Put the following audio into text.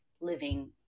living